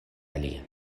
alia